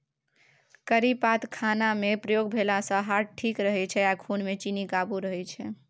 करी पात खानामे प्रयोग भेलासँ हार्ट ठीक रहै छै आ खुनमे चीन्नी काबू रहय छै